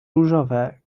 różowe